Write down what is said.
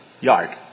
yard